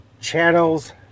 channels